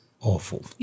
awful